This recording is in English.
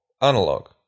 analog